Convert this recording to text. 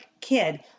kid